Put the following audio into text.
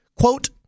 quote